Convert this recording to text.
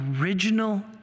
original